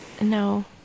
No